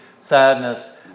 sadness